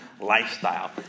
lifestyle